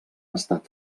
estat